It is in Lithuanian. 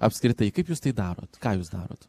apskritai kaip jūs tai darot ką jūs darot